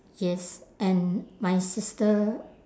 yes and my sister